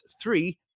three